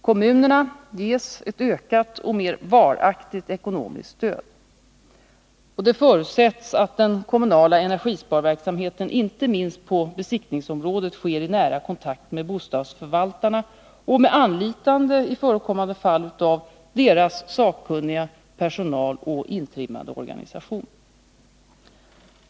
Kommunerna ges ett ökat och mera varaktigt ekonomiskt stöd. Det förutsätts att den kommunala energisparverksamheten, inte minst på besiktningsområdet, sker i nära kontakt med bostadsförvaltarna och med anlitande i förekommande fall av deras sakkunniga personal och intrimmade organisation.